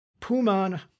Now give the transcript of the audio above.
Puman